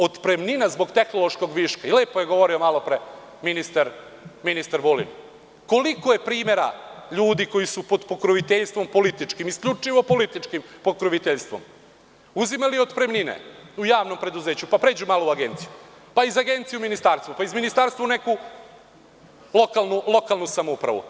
Otpremnina, zbog tehnološkog viška, a lepo je malopre govorio ministar Vulin, koliko je primera ljudi koji su pod pokroviteljstvom političkim, isključivo političkim pokroviteljstvom uzimali otpremnine u javnom preduzeću, pa malo pređu u agenciju, pa iz agencije u ministarstvo, pa iz ministarstva u neku lokalnu samoupravu.